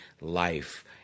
life